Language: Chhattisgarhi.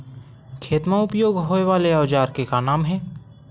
खेत मा उपयोग होए वाले औजार के का नाम हे?